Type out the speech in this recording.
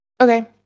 Okay